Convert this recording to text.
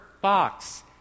box